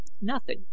Nothing